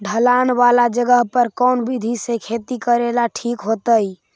ढलान वाला जगह पर कौन विधी से खेती करेला ठिक होतइ?